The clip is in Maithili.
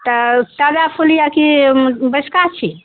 तऽ ताजा फूल यऽ की बैसका छी